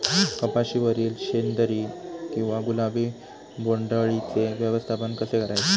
कपाशिवरील शेंदरी किंवा गुलाबी बोंडअळीचे व्यवस्थापन कसे करायचे?